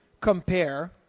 compare